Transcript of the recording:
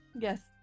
Yes